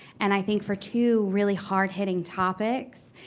and i think for two really hard hitting topics,